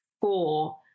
four